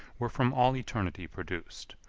were from all eternity produced,